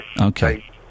Okay